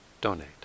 donate